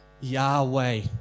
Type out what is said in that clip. Yahweh